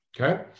Okay